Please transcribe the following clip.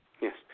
Yes